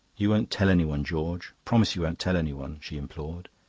you won't tell anyone, george? promise you won't tell anyone she implored.